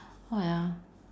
what ah